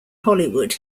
hollywood